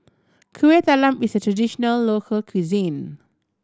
Kuih Talam is a traditional local cuisine